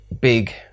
big